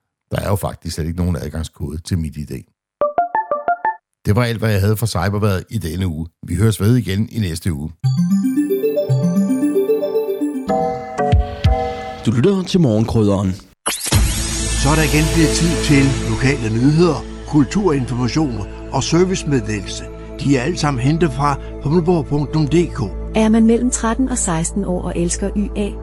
Der er jo faktisk slet ikke nogen adgangskode til MitID. Det var alt, hvad jeg havde for Cyberværet i denne uge. Vi høres ved igen i næste uge. Du lytter til Morgenkrydderen. Så er der igen blevet tid til lokale nyheder, kulturinformation og servicemeddelelse. De er alt sammen hentet fra humleborg.dk. Er man mellem 13 og 16 år og elsker YA,